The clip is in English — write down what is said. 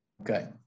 Okay